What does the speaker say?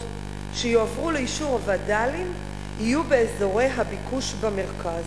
שיועברו לאישור הווד"לים יהיו באזורי הביקוש במרכז.